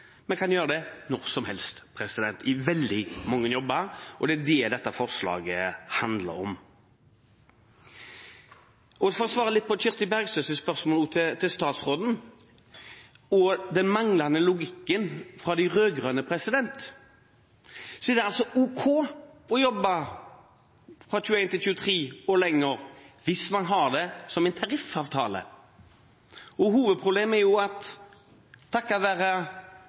kan gjøre det når som helst, i veldig mange jobber, og det er det dette forslaget handler om. Og for å svare litt på Kirsti Bergstøs spørsmål til statsråden, og den manglende logikken fra de rød-grønne: Det er altså ok å jobbe fra 21 til 23, og lenger, hvis man har det i en tariffavtale. Hovedproblemet er jo at